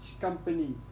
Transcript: company